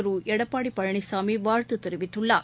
திருடப்பாடிபழனிசாமிவாழ்த்துதெரிவித்துள்ளார்